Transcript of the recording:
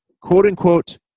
quote-unquote